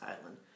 island